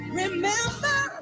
remember